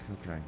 Okay